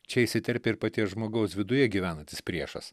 čia įsiterpė ir paties žmogaus viduje gyvenantis priešas